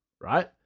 right